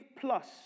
plus